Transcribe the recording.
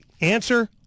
answer